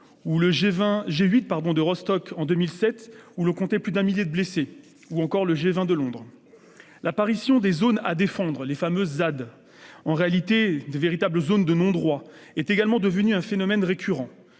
le G8 de Rostock, en 2007, où l'on a compté plus d'un millier de blessés, ou encore le G20 de Londres. L'apparition des zones à défendre, les fameuses ZAD- en réalité, de véritables zones de non-droit -est également devenue un phénomène récurrent.